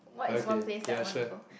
uh okay ya sure